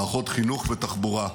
מערכות חינוך ותחבורה.